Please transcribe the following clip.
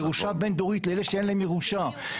ירושה בין-דורית לאלה שאין להם ירושה,